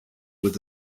with